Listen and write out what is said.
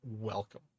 welcome